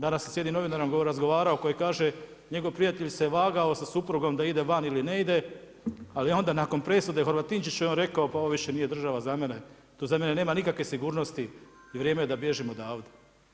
Danas sam s jednim novinarom razgovarao koji kaže njegov prijatelj se vagao sa suprugom da ide van ili ne ide, ali onda nakon presude Horvatinčiću je on rekao pa ovo više nije država za mene, tu za mene nema nikakve sigurnosti i vrijeme je da bježim odavde.